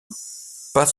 passe